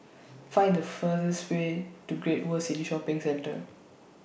Find The fur This Way to Great World City Shopping Centre